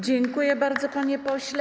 Dziękuję bardzo, panie pośle.